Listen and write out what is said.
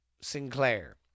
Sinclair